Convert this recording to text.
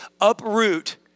uproot